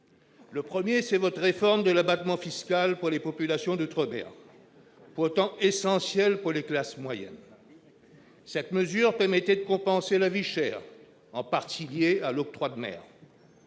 exemple, c'est votre réforme de l'abattement fiscal pour les populations d'outre-mer, abattement pourtant essentiel pour les classes moyennes. Cette mesure permettait de compenser la vie chère, en partie liée à l'octroi de mer.